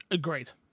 Great